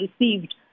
received